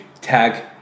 tag